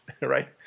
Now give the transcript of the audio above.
right